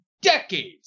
decades